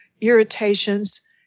irritations